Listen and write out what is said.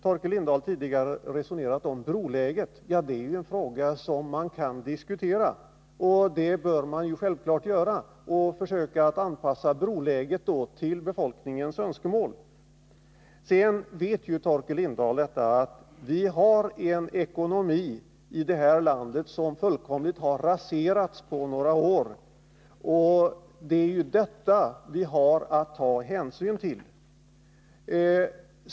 Torkel Lindahl har tidigare resonerat om broläget. Ja, det är en fråga som man kan och bör diskutera. Man bör självfallet försöka att anpassa broläget till befolkningens önskemål. Sedan vet Torkel Lindahl att vi i det här landet har en ekonomi som fullkomligt har raserats på några år. Det är ju detta förhållande vi har att ta hänsyn till.